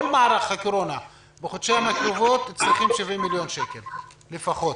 כל מערך הקורונה בחודשיים הקרובים צריכים 70 מיליון שקל לפחות.